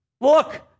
look